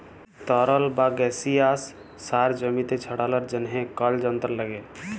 তরল বা গাসিয়াস সার জমিতে ছড়ালর জন্হে কল যন্ত্র লাগে